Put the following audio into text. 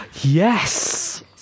Yes